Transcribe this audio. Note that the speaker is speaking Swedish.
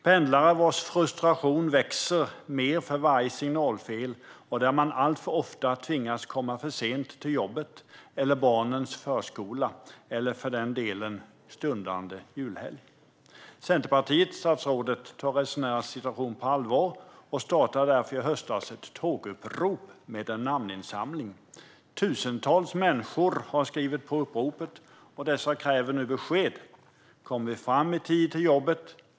Pendlarnas frustration växer för varje signalfel. Alltför ofta tvingas man komma för sent - till jobbet, till barnens förskola eller för den delen till stundande julhelg. Statsrådet! Centerpartiet tar resenärernas situation på allvar och startade därför i höstas ett tågupprop med en namninsamling. Tusentals människor har skrivit på uppropet. Dessa kräver nu besked. Kommer vi fram i tid till jobbet?